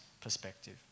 perspective